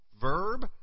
verb